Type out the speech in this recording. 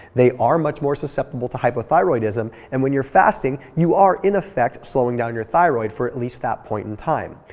they are much more susceptible to hypothyroidism and when you're fasting, you are in effect slowing down your thyroid for at least that point in time.